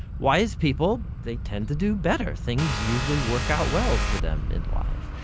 wise people, they tend to do better. things usually work out well for them in life.